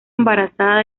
embarazada